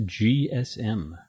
GSM